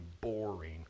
boring